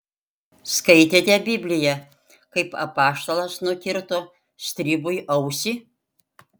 skaitėte bibliją kaip apaštalas nukirto stribui ausį